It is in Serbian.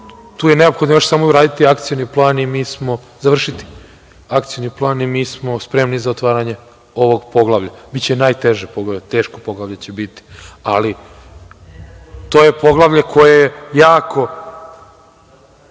Tu je neophodno još samo završiti akcioni plan i mi smo spremni za otvaranje ovog poglavlja. Biće najteže poglavlje, teško poglavlje će biti, ali to je poglavlje koje je jako,